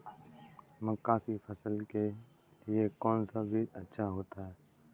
मक्का की फसल के लिए कौन सा बीज अच्छा होता है?